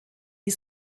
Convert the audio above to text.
die